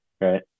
Right